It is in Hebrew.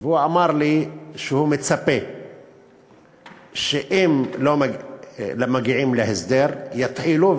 והוא אמר לי שהוא מצפה שאם לא יגיעו להסדר יתחילו,